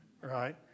right